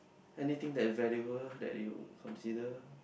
anything that value that you consider